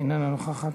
איננה נוכחת.